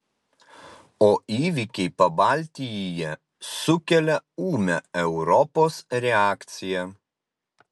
o įvykiai pabaltijyje sukelia ūmią europos reakciją